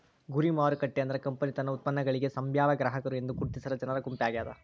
ಗುರಿ ಮಾರುಕಟ್ಟೆ ಅಂದ್ರ ಕಂಪನಿ ತನ್ನ ಉತ್ಪನ್ನಗಳಿಗಿ ಸಂಭಾವ್ಯ ಗ್ರಾಹಕರು ಎಂದು ಗುರುತಿಸಿರ ಜನರ ಗುಂಪಾಗ್ಯಾದ